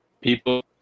people